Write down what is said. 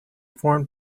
formed